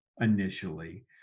initially